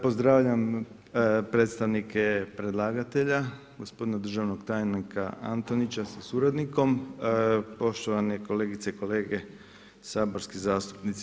Pozdravljam predstavnike predlagatelja, gospodina državnog tajnika Antonića, sa suradnikom, poštovane kolegice i kolege, saborski zastupnici.